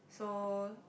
so